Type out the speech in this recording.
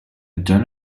don’t